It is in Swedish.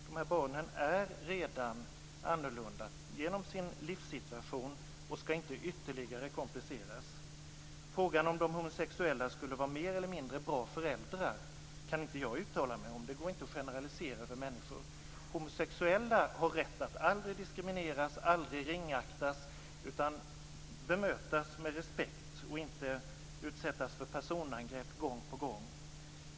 De här barnen är redan annorlunda genom sin livssituation och ska inte ytterligare kompliceras. Frågan om de homosexuella skulle vara mer eller mindre bra föräldrar kan inte jag uttala mig om. Det går inte att generalisera när det gäller människor. Homosexuella har rätt att aldrig diskrimineras och aldrig ringaktas utan ska bemötas med respekt och inte utsättas för personangrepp gång på gång.